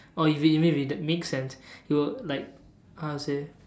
or even even if it make sense he will like how to say